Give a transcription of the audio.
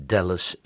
Dallas